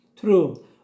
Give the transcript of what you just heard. True